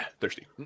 thirsty